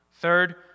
Third